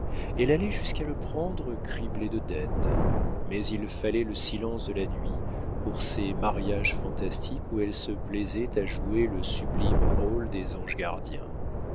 elle allait jusqu'à le prendre criblé de dettes mais il fallait le silence de la nuit pour ces mariages fantastiques où elle se plaisait à jouer le sublime rôle des anges gardiens